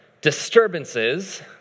disturbances